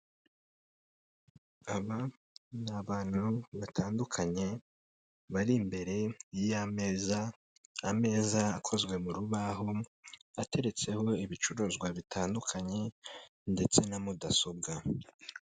Aba ni abantu batandukanye bari imbere y'ameza ameza akozwe mu rubaho ateretseho ibicuruzwa bitandukanye ndetse na mudasobwa.